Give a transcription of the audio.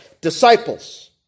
disciples